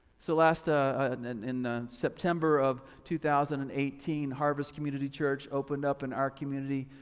so last, ah ah and and in september of two thousand and eighteen, harvest community church opened up in our community.